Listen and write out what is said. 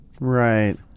Right